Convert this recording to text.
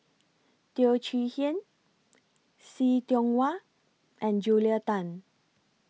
Teo Chee Hean See Tiong Wah and Julia Tan